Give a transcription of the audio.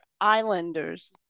Islanders